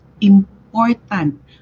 important